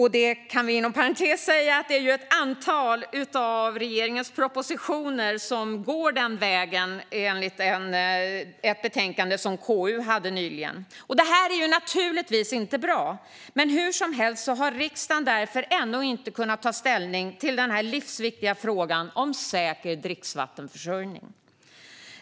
Jag kan inom parentes säga att det är ett antal av regeringens propositioner som gått den vägen, enligt ett betänkande från KU nyligen. Det här är naturligtvis inte bra, men hur som helst har riksdagen därför ännu inte kunnat ta ställning till den livsviktiga frågan om säker dricksvattenförsörjning.